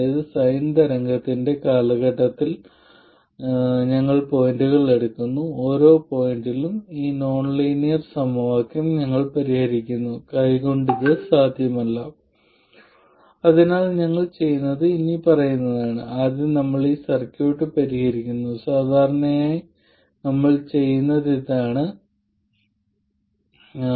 ഒരു നോൺലീനിയർ എലമെന്റിന് എന്താണ് നമ്മൾ നേരത്തെ കണ്ടതുപോലെ ഒരു നോൺലീനിയർ സ്വഭാവത്തിന്റെ ഗ്രാഫിക്കൽ ചിത്രീകരണത്തിന് നാല് പ്ലോട്ടുകൾ ആവശ്യമാണ് പാരാമീറ്ററായി V2 ഉള്ള I1 വേഴ്സസ് V1